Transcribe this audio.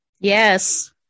Yes